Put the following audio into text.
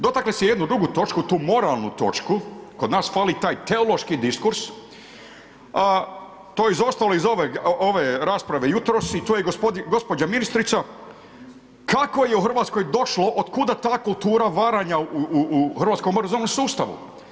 Dotakli ste jednu drugu točku, tu moralnu točku, kod nas fali taj teološki diskurs, a to je izostalo iz ove rasprave jutros i tu je gđa. ministrica, kako je u Hrvatskoj došlo, otkuda ta kultura varanja u hrvatskom obrazovnom sustavu?